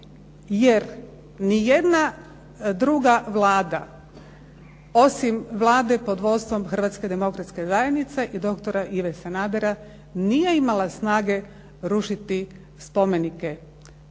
Jer nijedna druga Vlade, osim Vlade pod vodstvom Hrvatske demokratske zajednice i doktora Ive Sanadera, nije imala snage rušiti spomenike